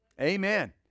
Amen